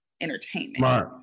entertainment